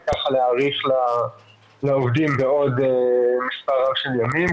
וככה להאריך לעובדים בעוד מספר רב של ימים,